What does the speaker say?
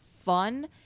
fun